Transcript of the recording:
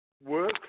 Work